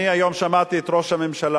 ואני היום שמעתי את ראש הממשלה,